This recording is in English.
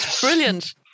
brilliant